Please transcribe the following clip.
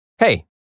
Hey